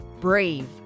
Brave